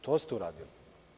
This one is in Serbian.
To ste uradili.